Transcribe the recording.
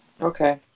okay